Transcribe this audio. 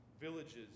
villages